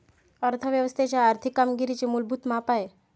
अर्थ व्यवस्थेच्या आर्थिक कामगिरीचे मूलभूत माप आहे